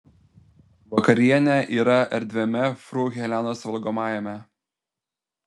vakarienė yra erdviame fru helenos valgomajame